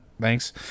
thanks